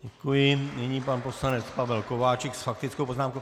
Děkuji, nyní pan poslanec Pavel Kováčik s faktickou poznámkou.